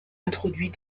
introduit